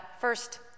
first